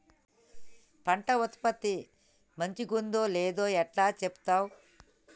పంట ఉత్పత్తి మంచిగుందో లేదో ఎట్లా చెప్తవ్?